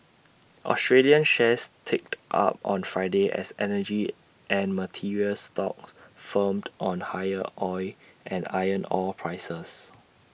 Australian shares ticked up on Friday as energy and materials stocks firmed on higher oil and iron ore prices